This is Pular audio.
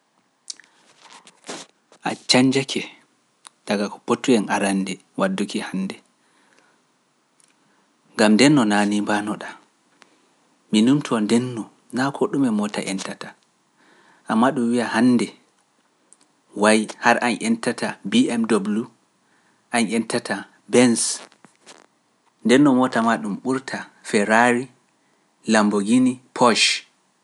A cañnjake daga ko pottu en arannde wadduke hannde. Gam ndenno naani mbaano ɗaa, minumto ndenno naa ko ɗume mota entata, ammaa ɗum wiya hannde, wayi hara an entata BMW, an entata Benz, ndenno mota maa ɗum ɓurta Ferraari, Lamborghini, Poche.